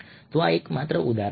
તો આ માત્ર એક ઉદાહરણ છે